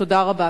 תודה רבה.